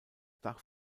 dach